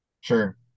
sure